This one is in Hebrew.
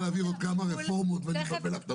להעביר עוד כמה רפורמות ואני אבלבל לך את המוח?